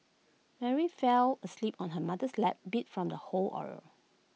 Mary fell asleep on her mother's lap beat from the whole ordeal